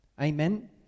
Amen